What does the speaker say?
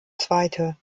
zweite